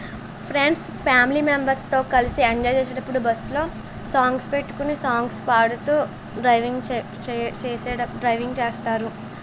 friends family మెంబర్స్తో కలిసి enjoy చేసేటప్పుడు బస్లో సాంగ్స్ పెట్టుకుని సాంగ్స్ పాడుతూ డ్రైవింగ్ చేసేటప్పు డ్రైవింగ్ చేస్తారు